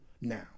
now